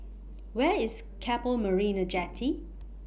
Where IS Keppel Marina Jetty